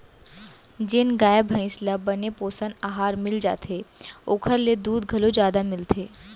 जेन गाय भईंस ल बने पोषन अहार मिल जाथे ओकर ले दूद घलौ जादा मिलथे